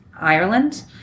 Ireland